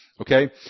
okay